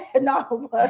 No